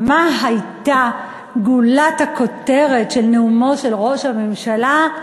מה הייתה גולת הכותרת של נאומו של ראש הממשלה?